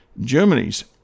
Germany's